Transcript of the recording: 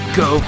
go